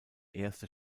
erste